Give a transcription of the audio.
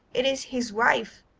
it is his wife,